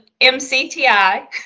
MCTI